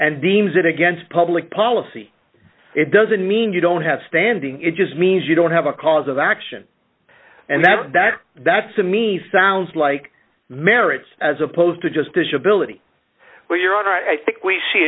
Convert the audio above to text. and deems it against public policy it doesn't mean you don't have standing it just means you don't have a cause of action and that's that that's to me sounds like marriage as opposed to just disability or your honor i think we see